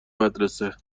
مدرسه